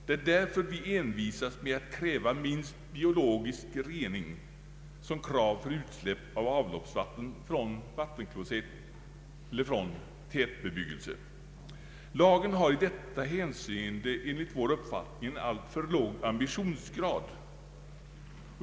Av denna anledning envisas vi med att kräva minst biologisk rening för utsläpp av avloppsvatten från vattenklosett eller från tät Ang. miljövården, m.m. bebyggelse. Lagen har enligt vår mening i detta hänseende en alltför låg ambitionsgrad.